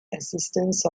existence